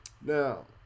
now